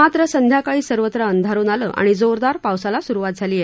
मात्र संध्याकाळी सर्वत्र अंधारुन आलं आणि जोरदार पावसाला स्रुवात झाली आहे